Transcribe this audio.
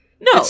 No